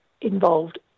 involved